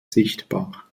sichtbar